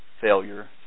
failure